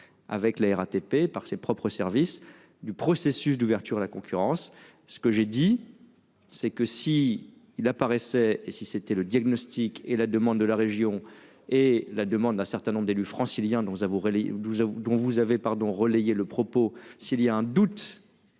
avec la RATP par ses propres services du processus d'ouverture à la concurrence. Ce que j'ai dit c'est que si il apparaissait, et si c'était le diagnostic et la demande de la région et la demande d'un certain nombre d'élus franciliens dont vous avouerez les 12 dont